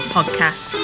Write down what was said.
Podcast